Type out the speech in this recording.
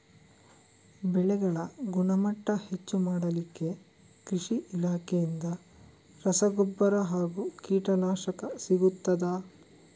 ಬೆಳೆಗಳ ಗುಣಮಟ್ಟ ಹೆಚ್ಚು ಮಾಡಲಿಕ್ಕೆ ಕೃಷಿ ಇಲಾಖೆಯಿಂದ ರಸಗೊಬ್ಬರ ಹಾಗೂ ಕೀಟನಾಶಕ ಸಿಗುತ್ತದಾ?